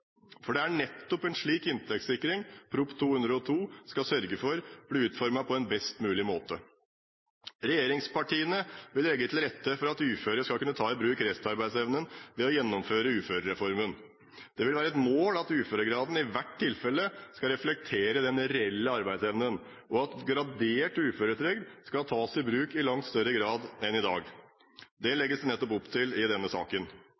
Det er nettopp en slik inntektssikring Prop. 202 L for 2012–2013 skal sørge for at blir utformet på en best mulig måte. Regjeringspartiene vil legge til rette for at uføre skal kunne ta i bruk restarbeidsevnen ved å gjennomføre uførereformen. Det vil være et mål at uføregraden i hvert tilfelle skal reflektere den reelle arbeidsevnen, og at gradert uføretrygd skal tas i bruk i langt større grad enn i dag. Det